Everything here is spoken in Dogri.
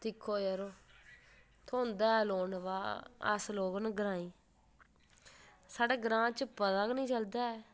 दिक्खो जरो थ्होंदा ऐ लोन अवा अस लोक आं ग्राईं साढ़े ग्रां च पता निं चलदा ऐ